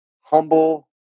humble